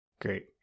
Great